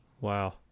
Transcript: Wow